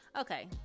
okay